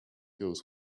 goes